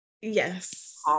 Yes